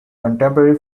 contemporary